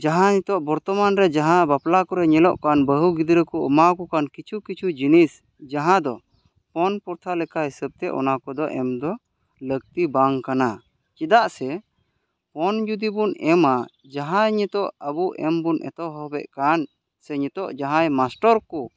ᱡᱟᱦᱟᱸ ᱵᱚᱨᱛᱚᱢᱟᱱ ᱨᱮ ᱡᱟᱦᱟᱸ ᱵᱟᱯᱞᱟ ᱠᱚᱨᱮ ᱧᱮᱞᱚᱜ ᱠᱟᱱ ᱵᱟᱹᱦᱩ ᱜᱤᱫᱽᱨᱟᱹ ᱠᱚ ᱮᱢᱟᱣ ᱠᱚ ᱠᱤᱪᱷᱩ ᱠᱤᱪᱷᱩ ᱡᱤᱱᱤᱥ ᱡᱟᱦᱟᱸ ᱫᱚ ᱯᱚᱱ ᱯᱨᱚᱛᱷᱟ ᱞᱮᱠᱟ ᱦᱤᱥᱟᱹᱵ ᱛᱮ ᱚᱱᱟ ᱠᱚᱫᱚ ᱮᱢ ᱫᱚ ᱞᱟᱹᱠᱛᱤ ᱵᱟᱝ ᱠᱟᱱᱟ ᱪᱮᱫᱟᱜ ᱥᱮ ᱯᱚᱱ ᱡᱩᱫᱤ ᱵᱚᱱ ᱮᱢᱟ ᱡᱟᱦᱟᱭ ᱱᱤᱛᱚᱜ ᱟᱵᱚ ᱮᱢ ᱵᱚᱱ ᱮᱛᱚᱦᱚᱵ ᱠᱟᱱ ᱥᱮ ᱱᱤᱛᱚᱜ ᱡᱟᱦᱟᱭ ᱢᱟᱥᱴᱟᱨ ᱠᱚ